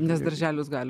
nes darželius gali